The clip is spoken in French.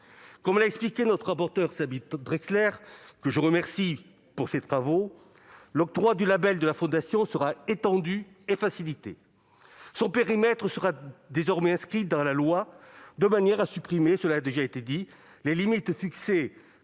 Comme l'a expliqué notre rapporteur Sabine Drexler, que je remercie pour ses travaux, l'octroi du label de la Fondation sera étendu et facilité. Son périmètre sera désormais inscrit dans la loi, de manière à supprimer les limites fixées